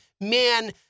man